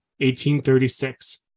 1836